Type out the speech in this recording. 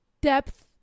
depth